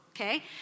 okay